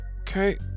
Okay